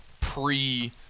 pre